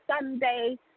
Sunday